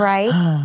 Right